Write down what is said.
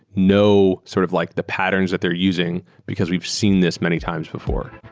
know sort of like the patterns that they're using because we've seen this many times before